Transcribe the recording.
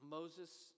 Moses